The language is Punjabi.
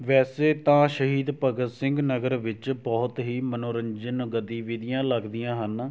ਵੈਸੇ ਤਾਂ ਸ਼ਹੀਦ ਭਗਤ ਸਿੰਘ ਨਗਰ ਵਿੱਚ ਬਹੁਤ ਹੀ ਮਨੋਰੰਜਨ ਗਤੀਵਿਧੀਆਂ ਲੱਗਦੀਆਂ ਹਨ